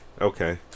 Okay